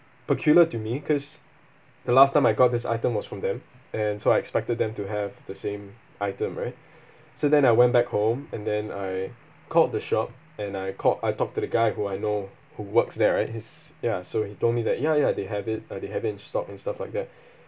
peculiar to me cause the last time I got this item was from them and so I expected them to have the same item right so then I went back home and then I called the shop and I called I talked to the guy who I know who works there right he's ya so he told me that ya ya they have it uh they have in stock and stuff like that